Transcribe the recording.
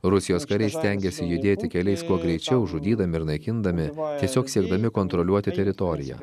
rusijos kariai stengiasi judėti keliais kuo greičiau žudydami ir naikindami tiesiog siekdami kontroliuoti teritoriją